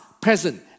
present